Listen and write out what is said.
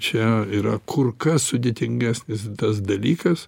čia yra kur kas sudėtingesnis tas dalykas